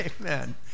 Amen